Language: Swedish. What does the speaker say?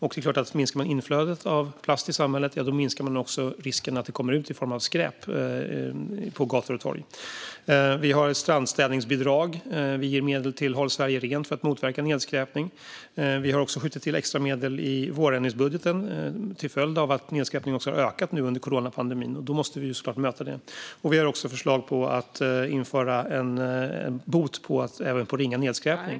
Och det är klart att om man minskar inflödet av plast i samhället minskar man också risken att det kommer ut i form av skräp på gator och torg. Vi har strandstädningsbidrag. Vi ger medel till Håll Sverige Rent för att motverka nedskräpning. Vi har också skjutit till extra medel i vårändringsbudgeten till följd av att nedskräpningen har ökat under coronapandemin, något som vi såklart måste möta. Vi har också förslag på att införa en bot även för ringa nedskräpning.